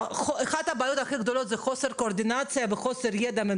וזה המון הוצאות וזה המון לוגיסטיקה וזה תיאום עם